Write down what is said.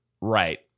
right